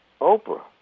Oprah